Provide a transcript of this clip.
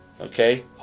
Okay